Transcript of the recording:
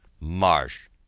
MARSH